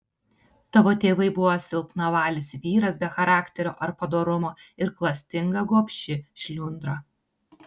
tavo tėvai buvo silpnavalis vyras be charakterio ar padorumo ir klastinga gobši šliundra